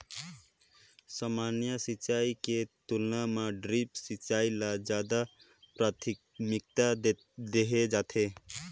सामान्य सिंचाई के तुलना म ड्रिप सिंचाई ल ज्यादा प्राथमिकता देहे जाथे